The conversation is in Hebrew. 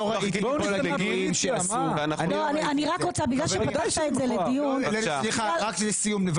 סליחה, רק לסיום.